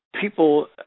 People